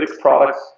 products